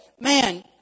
man